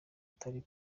itari